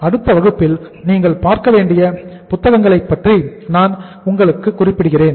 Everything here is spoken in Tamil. அடுத்த வகுப்பில் நீங்கள் பார்க்க வேண்டிய புத்தகங்களை பற்றி நான் உங்களுக்கு குறிப்பிடுகிறேன்